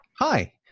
hi